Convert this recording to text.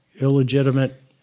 illegitimate